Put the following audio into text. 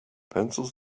pencils